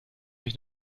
mich